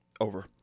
Over